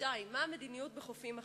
2. מה היא המדיניות בחופים אחרים?